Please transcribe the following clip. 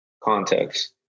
context